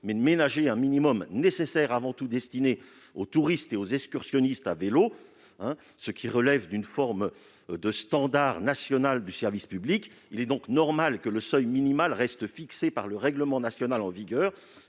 mais de ménager un minimum nécessaire avant tout destiné aux touristes et aux excursionnistes à vélo, ce qui relève d'une forme de standard national de service public. Il est donc normal que le seuil minimal reste fixé par le règlement national en vigueur.